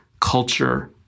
culture